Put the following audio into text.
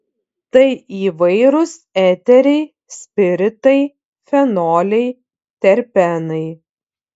tai įvairūs eteriai spiritai fenoliai terpenai